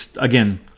again